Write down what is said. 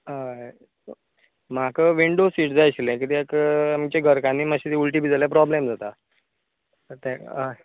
हय म्हाका window seat जाय आशिल्लें कित्याक आमचे घरकान्नीक मात्शें उल्टी बी जाल्यार प्रोब्लम जाता तेत हय